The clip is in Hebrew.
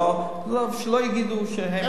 שלא יגידו שהם.